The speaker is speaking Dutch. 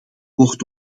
wordt